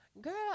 Girl